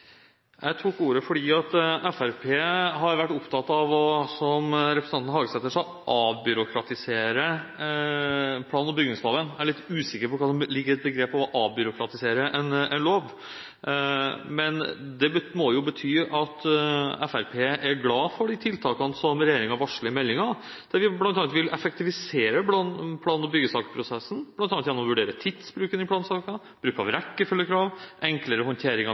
Jeg tok ordet fordi Fremskrittspartiet har vært opptatt av, som representanten Hagesæter sa, å avbyråkratisere plan- og bygningsloven. Jeg er litt usikker på hva som ligger i begrepet «å avbyråkratisere» en lov. Men det må jo bety at Fremskrittspartiet er glad for de tiltakene som regjeringen varsler i meldingen, der man vil effektivisere plan- og byggesaksprosessen, bl.a. gjennom å vurdere tidsbruken i plansakene, bruk av rekkefølgekrav, enklere